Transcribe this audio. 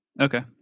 Okay